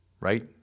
right